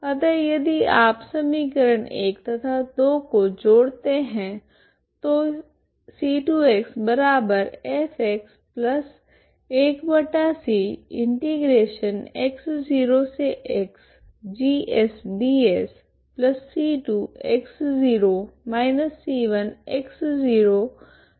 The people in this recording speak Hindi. अतः यदि आप समी तथा को जोड़ते हैं तो प्राप्त होता है